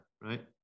right